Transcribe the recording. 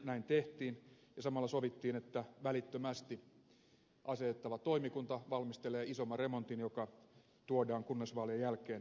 näin tehtiin ja samalla sovittiin että välittömästi asetettava toimikunta valmistelee isomman remontin joka tuodaan kunnallisvaalien jälkeen eduskunnan käsittelyyn